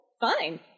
Fine